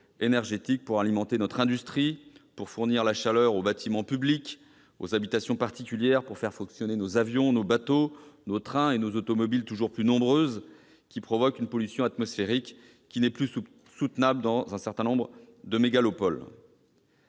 énergétique pour alimenter notre industrie, pour fournir la chaleur aux bâtiments publics et aux habitations particulières, pour faire fonctionner nos avions, nos bateaux, nos trains et nos automobiles- toujours plus nombreuses -, lesquelles provoquent une pollution atmosphérique qui n'est plus soutenable dans un certain nombre de mégalopoles